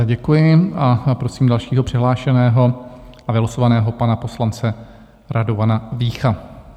Děkuji a prosím dalšího přihlášeno a vylosovaného, pana poslance Radovana Vícha.